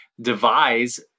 devise